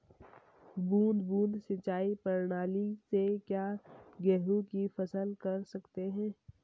बूंद बूंद सिंचाई प्रणाली से क्या गेहूँ की फसल कर सकते हैं?